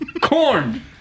Corn